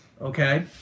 Okay